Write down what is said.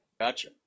Gotcha